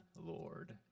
Lord